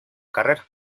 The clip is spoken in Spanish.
carrera